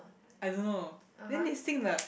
I don't know then they sing the